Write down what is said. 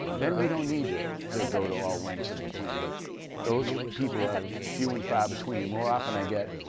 then we don't need to to go to all lengths of a plan but those people are few and far between. more often, i get,